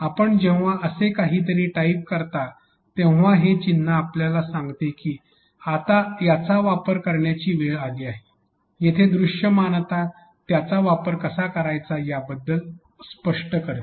आपण जेव्हा असे काहीतरी टाइप करता तेव्हा हे चिन्ह आपल्याला सांगते की आता याचा वापर करण्याची वेळ आली आहे जिथे दृश्यमानता त्याचा वापर कसा वापरायचा याबद्दल अगदी स्पष्ट करते